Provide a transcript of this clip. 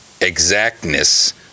exactness